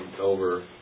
over